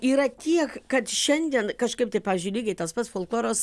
yra tiek kad šiandien kažkaip tai pavyzdžiui lygiai tas pats folkloras